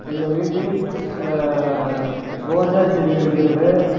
எங்கள் வீட்டில் ரோஜா செடி இருக்கின்றது